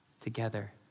together